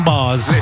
Bars